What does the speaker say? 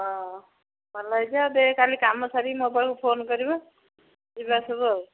ହଁ ଭଲ ହେଇଯିବ କାଲି କାମ ସାରିକି ମୋ ପାଖକୁ ଫୋନ୍ କରିବ ଯିବା ସବୁ ଆଉ